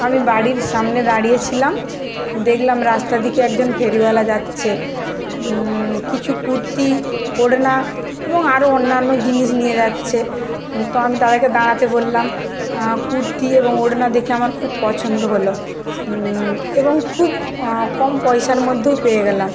আমি বাড়ির সামনে দাঁড়িয়ে ছিলাম দেখলাম রাস্তার দিকে একজন ফেরিওয়ালা যাচ্ছে কিছু কুর্তি ওড়না এবং আরও অন্যান্য জিনিস নিয়ে যাচ্ছে তো আমি তাদেরকে দাঁড়াতে বললাম কুর্তি এবং ওড়না দেখে আমার খুব পছন্দ হলো এবং খুব কম পয়সার মধ্যেও পেয়ে গেলাম